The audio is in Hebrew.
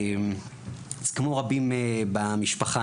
כמו רבים במשפחה,